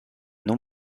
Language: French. non